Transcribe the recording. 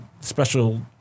special